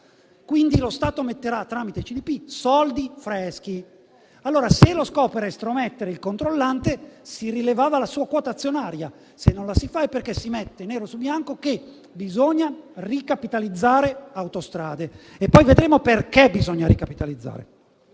Quindi lo Stato metterà soldi freschi tramite la Cassa depositi e prestiti. Se allora lo scopo era estromettere il controllante si rilevava la sua quota azionaria; se non lo si fa è perché si mette nero su bianco che bisogna ricapitalizzare Autostrade. Poi vedremo perché bisogna ricapitalizzare.